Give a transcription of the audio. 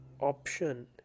option